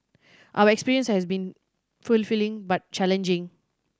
our experience has been fulfilling but challenging